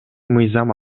мыйзам